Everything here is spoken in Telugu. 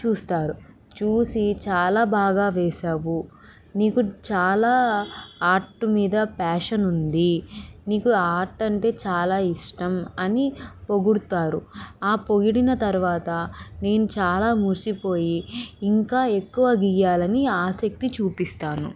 చూస్తారు చూసి చాలా బాగా వేసావు నీకు చాలా ఆర్ట్ మీద ప్యాషన్ ఉంది నీకు ఆర్ట్ అంటే చాలా ఇష్టం అని పొగుడుతారు ఆ పొగిడిన తర్వాత నేను చాలా మురిసిపోయి ఇంకా ఎక్కువ గీయాలి అని ఆసక్తి చూపిస్తాను